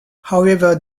however